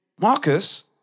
Marcus